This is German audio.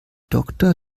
doktor